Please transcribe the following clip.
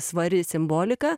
svari simbolika